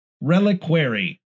Reliquary